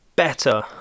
Better